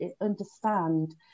understand